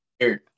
weird